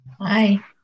Hi